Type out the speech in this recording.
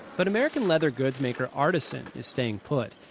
but american leather goods-maker artisan is staying put.